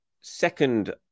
second